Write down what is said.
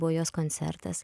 buvo jos koncertas